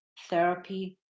therapy